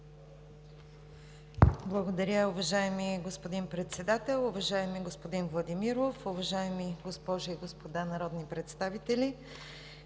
Благодаря, уважаеми господин Председател. Уважаеми господин Владимиров, уважаеми госпожи и господа народни представители!